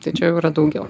tačiau yra daugiau